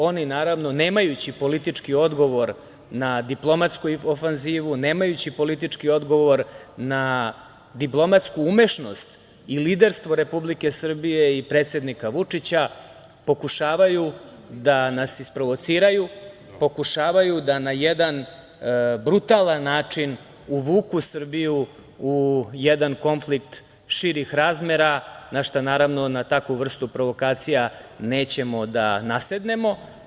Oni, naravno, nemajući politički odgovor na diplomatsku ofanzivu, nemajući politički odgovor na diplomatsku umešnost i liderstvo Republike Srbije i predsednika Vučića, pokušavaju da nas isprovociraju, pokušavaju da na jedan brutalan način uvuku Srbiju u jedan konflikt širih razmera, na šta, naravno, na takvu vrstu provokacija nećemo da nasednemo.